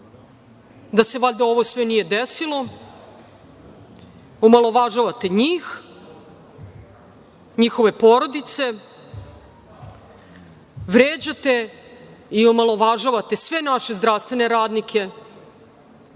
da se valjda sve ovo nije desilo. Omalovažavate njih, njihove porodice, vređate i omalovažavate sve naše zdravstvene radnike